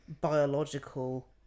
biological